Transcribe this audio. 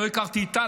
לא הכרתי את טל,